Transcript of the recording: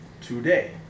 today